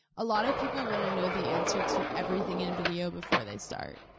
a lot of people wanna know the answer to everything in video before they start,